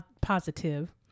positive